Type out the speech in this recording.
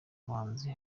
bahanzi